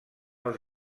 els